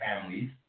families